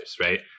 right